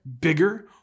bigger